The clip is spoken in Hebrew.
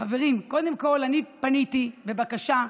חברים, קודם כול אני פניתי בבקשה,